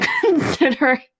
considering